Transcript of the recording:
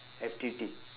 F_T_T